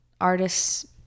artists